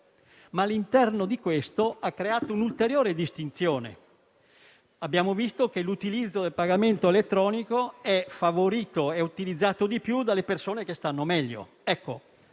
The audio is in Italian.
e, all'interno di questo, si è creata un'ulteriore distinzione: abbiamo visto che l'utilizzo del pagamento elettronico è favorito e utilizzato di più dalle persone che stanno meglio. Ecco,